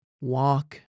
Walk